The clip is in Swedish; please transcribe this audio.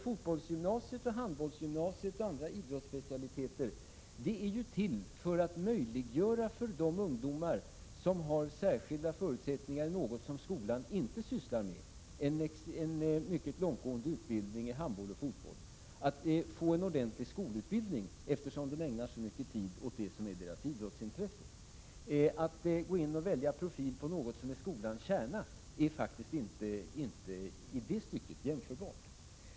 Fotbollsgymnasiet, handbollsgymnasiet och andra idrottsspecialiteter är nämligen till för att möjliggöra för de ungdomar som har särskilda förutsättningar för något som skolan inte sysslar med att få en mycket långtgående utbildning i handboll och fotboll — att få en ordentlig skolutbildning, eftersom de ägnar så mycket tid åt det som är deras idrottsintresse. Att gå in och välja profil på något som är skolans kärna är faktiskt inte jämförbart.